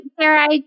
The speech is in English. Sarah